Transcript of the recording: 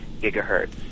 gigahertz